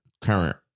Current